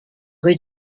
rue